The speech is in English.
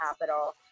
capital